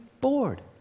bored